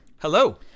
hello